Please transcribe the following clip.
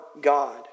God